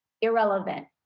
irrelevant